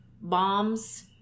bombs